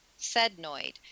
Sednoid